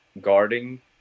guarding